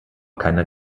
keiner